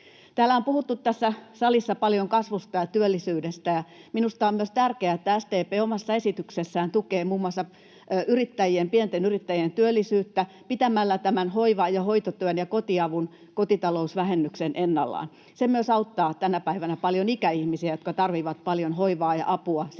salissa on puhuttu paljon kasvusta ja työllisyydestä, ja minusta on tärkeää myös, että SDP omassa esityksessään tukee muun muassa pienten yrittäjien työllisyyttä pitämällä tämän hoiva- ja hoitotyön ja kotiavun kotitalousvähennyksen ennallaan. Se myös auttaa tänä päivänä paljon ikäihmisiä, jotka tarvitsevat paljon hoivaa ja apua sinne